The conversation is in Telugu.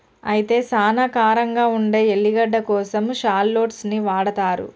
అయితే సానా కారంగా ఉండే ఎల్లిగడ్డ కోసం షాల్లోట్స్ ని వాడతారు